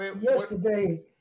yesterday